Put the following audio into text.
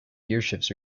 gearshifts